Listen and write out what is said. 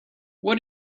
what